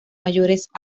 mayores